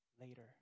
later